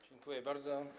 Dziękuję bardzo.